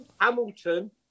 Hamilton